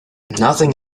nothing